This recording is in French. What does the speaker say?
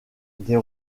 des